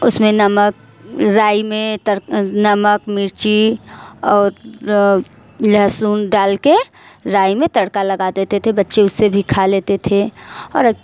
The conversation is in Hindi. उसमें नमक राय में तड़ नमक मिर्ची और लेहसुन डाल के राय में तड़का लगा देते थे बच्चे उससे भी खा लेते थे और